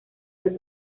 del